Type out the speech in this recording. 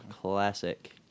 classic